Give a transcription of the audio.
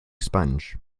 sponge